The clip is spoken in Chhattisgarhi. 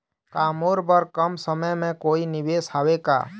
का मोर बर कम समय के कोई निवेश हावे का?